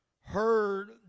heard